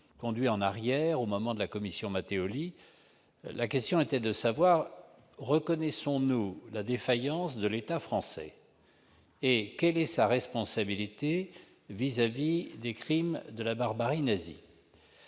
ramène en arrière, au moment de la commission Mattéoli. La question était de savoir si nous reconnaissions ou non la défaillance de l'État français. Quelle est sa responsabilité vis-à-vis des crimes de la barbarie nazie ?